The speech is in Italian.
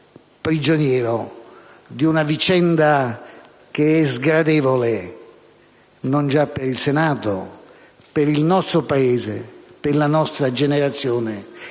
prigioniero di una vicenda che è sgradevole, non già per il Senato ma per il nostro Paese e per la nostra generazione,